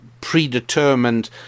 predetermined